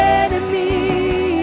enemy